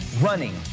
Running